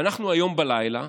ואנחנו, הלילה,